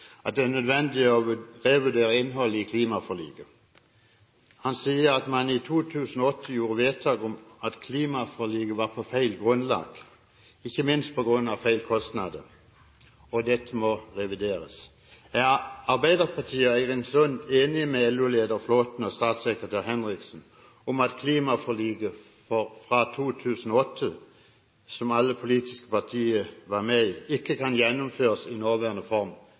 at det er nødvendig å revurdere innholdet i klimaforliket. Han sier at man i 2008 gjorde vedtak om klimaforliket på feil grunnlag, ikke minst på grunn av feil kostnader – og dette må revideres. Er Arbeiderpartiet og Eirin Sund enige med LO-leder Flåthen og statssekretær Henriksen om at klimaforliket fra 2008, som alle politiske partier var med på, ikke kan gjennomføres i nåværende form,